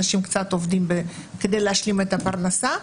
אנשים קצת עובדים כדי להשלים את הפרנסה,